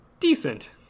Decent